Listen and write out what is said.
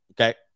Okay